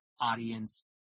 audience